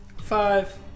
Five